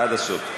עד הסוף.